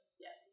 Yes